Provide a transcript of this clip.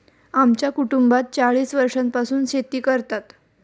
आमच्या कुटुंबात चाळीस वर्षांपासून शेती करतात